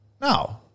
no